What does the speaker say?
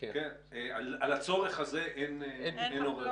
על הצורך הזה אין עוררין.